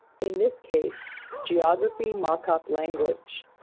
in this case geography markup language.